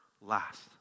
last